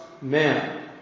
man